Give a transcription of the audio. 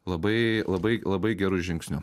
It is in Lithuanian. labai labai labai geru žingsniu